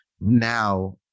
now